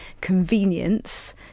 convenience